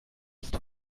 ist